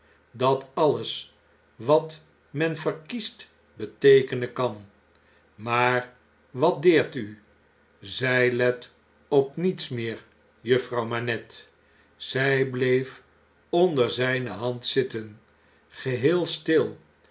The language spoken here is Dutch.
dat alles wat men verkiest beteekenen kan maar wat deert u zjj let op niets meer juffrouw manette zg bleef onder zijne hand zitten geheel stil